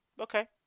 Okay